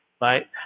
right